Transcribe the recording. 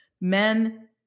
men